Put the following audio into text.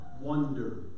wonder